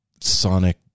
sonic